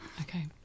Okay